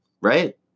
right